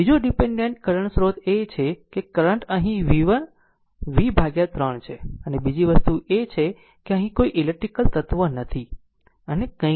બીજો dependent current સ્રોત એ છે કે કરંટ અહીં v 3 છે અને બીજી વસ્તુ એ છે કે અહીં કોઈ ઈલેક્ટ્રીકલ તત્વ નથી અને કંઈ નથી